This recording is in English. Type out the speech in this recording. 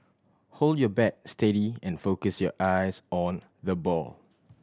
hold your bat steady and focus your eyes on the ball